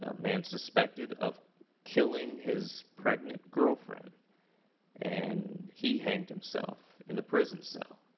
ah man suspected of killing his pregnant girlfriend and he hanged himself in the prison cell.